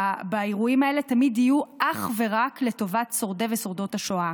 באירועים האלה תמיד תהיה אך ורק לטובת שורדי ושורדות השואה.